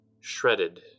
shredded